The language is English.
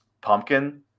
pumpkin